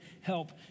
help